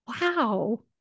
Wow